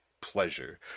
pleasure